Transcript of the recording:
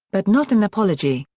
but not an apology,